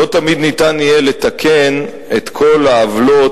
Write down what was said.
לא תמיד ניתן יהיה לתקן את כל העוולות,